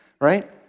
right